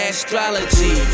Astrology